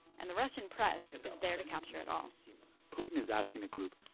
and the russian press is there to capture it all putin is asking the group,